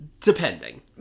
depending